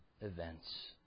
events